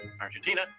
Argentina